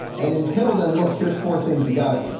and until then, look, here's four things we gotta,